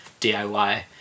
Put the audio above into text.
DIY